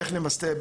איך נמסט"ב,